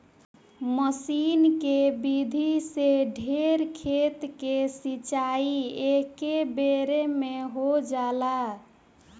मसीन के विधि से ढेर खेत के सिंचाई एकेबेरे में हो जाला